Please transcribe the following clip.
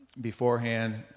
Beforehand